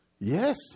Yes